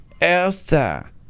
Elsa